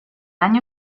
año